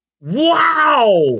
Wow